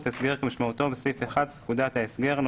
הסגר כמשמעותו בסעיף 1 לפקודת ההסגר ,